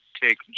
take